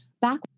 Back